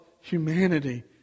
humanity